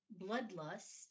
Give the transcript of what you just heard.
bloodlust